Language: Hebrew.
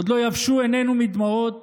עוד לא יבשו עינינו מדמעות